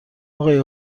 اقای